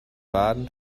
baden